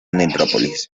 necrópolis